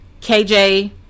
KJ